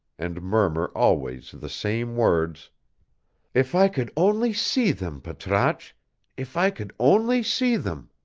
and murmur always the same words if i could only see them, patrasche if i could only see them!